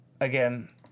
again